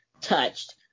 touched